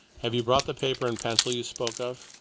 have you brought the paper and pencil you spoke of?